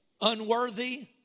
Unworthy